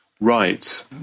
Right